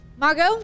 Margot